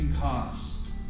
cause